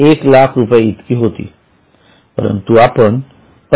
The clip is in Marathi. १००००० इतकी होती परंतु आपण रु